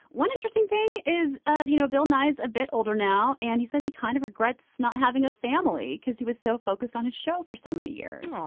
one interesting thing is, ah you know, bill nye is a bit older now. and he says he kind of regrets not having a family because he was so focused on his show for so many years